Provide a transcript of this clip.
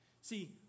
See